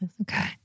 okay